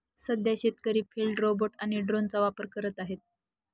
सध्या शेतकरी field robot आणि ड्रोनचा वापर करत आहेत